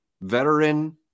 veteran